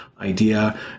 idea